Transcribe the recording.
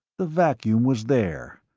the vacuum was there,